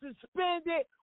suspended